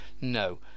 No